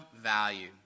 value